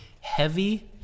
heavy